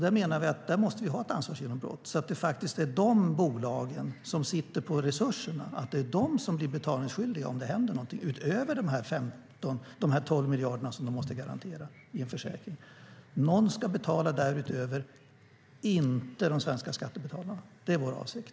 Där menar vi att vi måste ha ett ansvarsgenombrott, så att det faktiskt är de bolag som sitter på resurserna som blir betalningsskyldiga om det händer något - utöver de 12 miljarderna som de måste garantera i en försäkring. Någon ska betala därutöver, och det ska inte vara de svenska skattebetalarna. Det är vår avsikt.